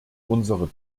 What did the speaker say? unsere